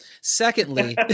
Secondly